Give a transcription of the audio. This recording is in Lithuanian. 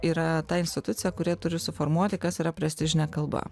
yra ta institucija kuri turi suformuoti kas yra prestižinė kalba